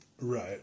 right